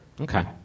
Okay